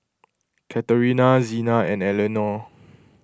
Katharina Xena and Elenore